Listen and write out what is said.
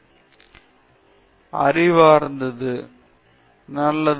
பேராசிரியர் பிரதாப் ஹரிதாஸ் அறிவார்த்தது நல்லது